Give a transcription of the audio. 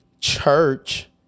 Church